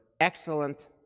excellent